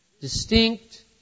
distinct